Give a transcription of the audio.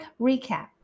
recap